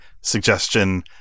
suggestion